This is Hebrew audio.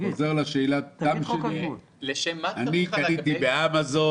אני חוזר לשאלת התם שלי: אני קניתי באמזון